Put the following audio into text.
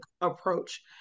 approach